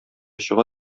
чыга